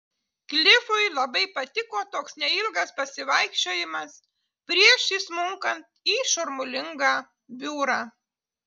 klifui labai patiko toks neilgas pasivaikščiojimas prieš įsmunkant į šurmulingą biurą